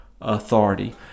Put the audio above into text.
authority